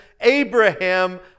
Abraham